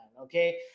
Okay